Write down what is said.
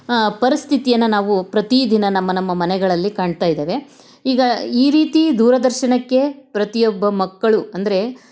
ಪರಿಸ್ಥಿತಿಯನ್ನ ನಾವು ಪ್ರತಿದಿನ ನಮ್ಮ ನಮ್ಮ ಮನೆಗಳಲ್ಲಿ ಕಾಣ್ತಾ ಇದ್ದೇವೆ ಈಗ ಈ ರೀತಿ ದೂರದರ್ಶನಕ್ಕೆ ಪ್ರತಿಯೊಬ್ಬ ಮಕ್ಕಳು ಅಂದರೆ